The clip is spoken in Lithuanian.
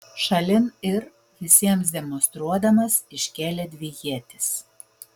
šalin ir visiems demonstruodamas iškėlė dvi ietis